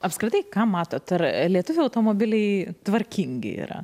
apskritai ką matot ar lietuvių automobiliai tvarkingi yra